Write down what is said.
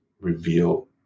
reveal